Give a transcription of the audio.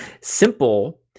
Simple